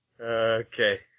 Okay